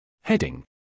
Heading